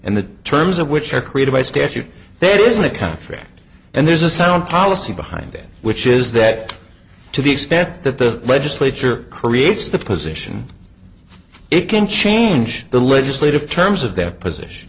and the terms of which are created by statute there isn't a contract and there's a sound policy behind it which is that to the extent that the legislature creates the position it can change the legislative terms of their position